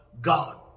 God